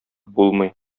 булмый